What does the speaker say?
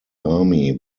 army